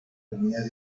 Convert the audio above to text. comunidad